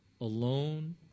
alone